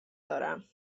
دارم